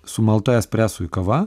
sumalta espresui kava